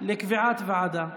לקביעת ועדה.